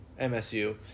MSU